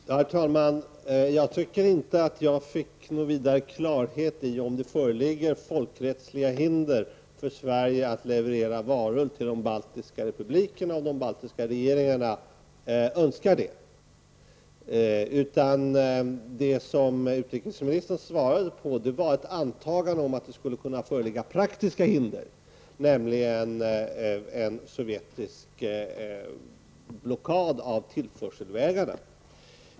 Herr talman! Jag tycker inte att jag fick någon vidare klarhet i om det föreligger folkrättsliga hinder för Sverige att leverera varor till de baltiska republikerna om de baltiska regeringarna önskar det. Det som utrikesministern svarade på var ett antagande om att det skulle kunna föreligga praktiska hinder, nämligen en sovjetisk blockad av tillförselvägarna.